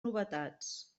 novetats